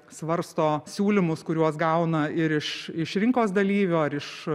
svarsto siūlymus kuriuos gauna ir iš iš rinkos dalyvių ar iš